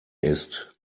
ist